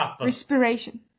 respiration